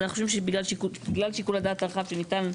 אנחנו חושבים שבגלל שיקול הדעת הרחב שניתן,